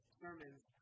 sermons